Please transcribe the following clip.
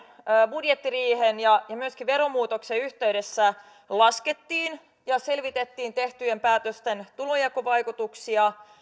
budjettiriihen ja myöskin veromuutoksen yhteydessä laskettiin ja selvitettiin tehtyjen päätösten tulonjakovaikutuksia